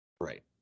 Right